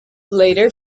later